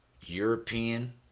European